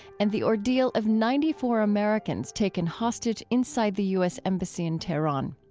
and the ordeal of ninety four americans taken hostage inside the us embassy in teheran.